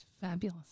fabulous